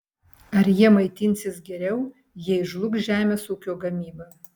ar jie maitinsis geriau jei žlugs žemės ūkio gamyba